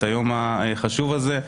את היום החשוב הזה.